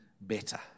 better